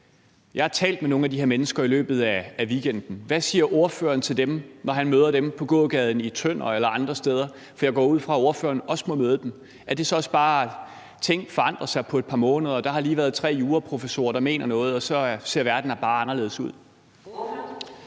Jeg har talt med nogle af de her mennesker i løbet af weekenden. Hvad siger ordføreren til dem, når han møder dem på gågaden i Tønder eller andre steder? For jeg går ud fra, at ordføreren også må møde dem. Er det så også bare, at tingene forandrer sig på et par måneder, at der lige har været tre juraprofessorer, der mener noget, og at så ser verden bare anderledes ud?